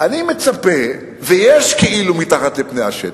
אני מצפה, ויש כאילו מתחת לפני השטח,